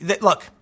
look